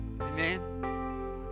Amen